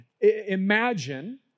imagine